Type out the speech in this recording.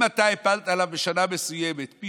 אם אתה הפלת עליו בשנה מסוימת ימי מחלה